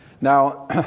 Now